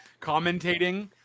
commentating